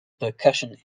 percussion